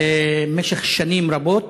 במשך שנים רבות.